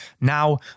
Now